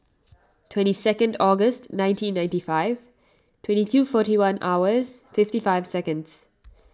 twenty second August nineteen ninety five twenty two forty one hours fifty five seconds